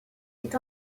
est